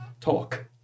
Talk